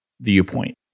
viewpoint